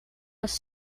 was